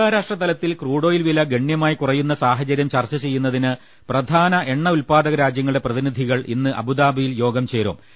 അന്താരാഷ്ട്രതലത്തിൽ ക്രൂഡോയിൽ വില ഗണ്യമായി കുറ യുന്ന സാഹചരൃം ചർച്ചചെയ്യുന്നതിന് പ്രധാന എണ്ണ ഉൽപ്പാദക രാജ്യങ്ങളുടെ പ്രതിനിധികൾ ഇന്ന് അബുദാബിയിൽ യോഗം ചേരും